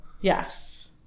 yes